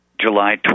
July